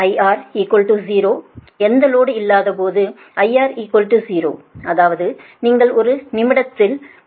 IR 0 எந்த லோடும் இல்லாதபோது IR 0 அதாவது நீங்கள் ஒரு நிமிடம் காத்திருங்கள்